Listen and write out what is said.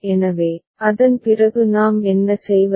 எனவே அதன் பிறகு நாம் என்ன செய்வது